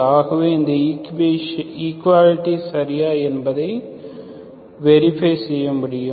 ஆகவே இந்த ஈக்குவாலிடி சரியா என்பதை வெரிஃபை செய்ய முடியும்